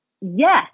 yes